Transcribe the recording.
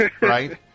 Right